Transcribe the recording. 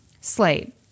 Slate